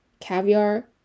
caviar